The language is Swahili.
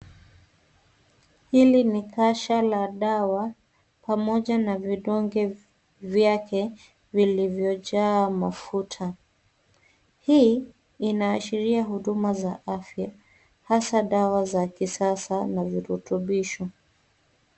Hili ni kasha la dawa pamoja na vidonge vyake vilivyo jaa mafuta . Hii inashiria huduma za afya hasa dawa za kisasa na virutibisho.